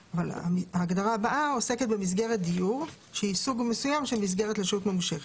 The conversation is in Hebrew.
ההגדרה הבאה עוסקת במסגרת דיור שהיא סוג מסוים של מסגרת לשהות ממושכת.